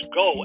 go